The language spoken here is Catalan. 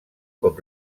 com